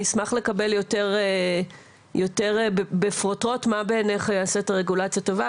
אני אשמח לקבל יותר בפרוטרוט מה בעיניך יעשה את הרגולציה טובה.